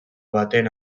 baten